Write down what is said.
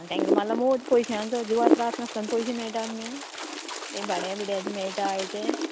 आनी तांकां मार्ला मोद पयश्यांचो जिवा त्रास नासतना पयशे मेळटा मगे ते भाड्या बिड्याचे मेयटा आयते